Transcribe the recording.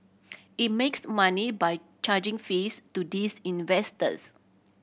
it makes money by charging fees to these investors